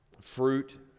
fruit